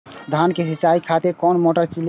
धान के सीचाई खातिर कोन मोटर ली?